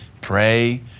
Pray